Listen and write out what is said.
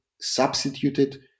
substituted